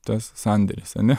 tas sandėris ane